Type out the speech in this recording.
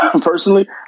personally